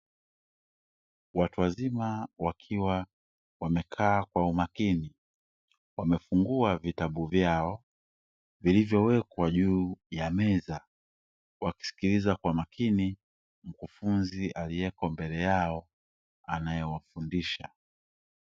Watu wazima wakiwa wamekaa kwa umakini wamefungua vitabu vyao vilivyowekwa juu ya meza, wakisikiliza kwa makini mkufunzi alieko mbele yao anaewafundisha.